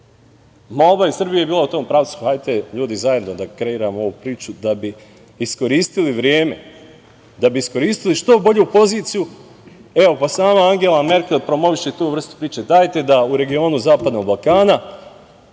vežu? Srbija je bila u tom pravcu – hajde, ljudi, zajedno da kreiramo ovu priču da bi iskoristili vreme, da bi iskoristili što bolju poziciju. Evo, pa sama Angela Merkel promoviše tu vrstu priče. Dajte da se u regionu zapadnog Balkana